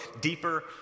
deeper